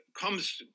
comes